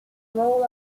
role